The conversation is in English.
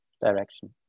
direction